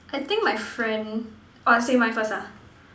I think my friend !wah! say mine first ah